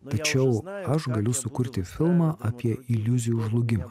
tačiau aš galiu sukurti filmą apie iliuzijų žlugimą